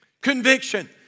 Conviction